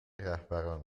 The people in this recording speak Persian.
رهبران